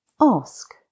Ask